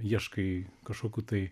ieškai kažkokių tai